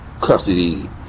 custody